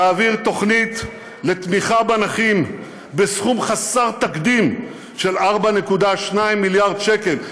נעביר תוכנית לתמיכה בנכים בסכום חסר תקדים של 4.2 מיליארד שקל.